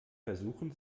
versuchen